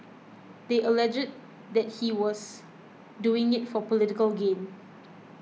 they alleged that he was doing it for political gain